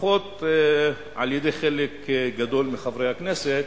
לפחות של חלק גדול מחברי הכנסת,